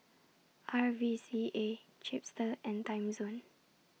R V C A Chipster and Timezone